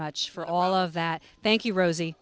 much for all of that thank you ros